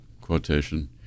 quotation